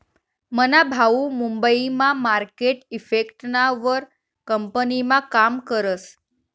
मना भाऊ मुंबई मा मार्केट इफेक्टना वर कंपनीमा काम करस